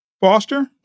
Foster